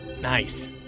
Nice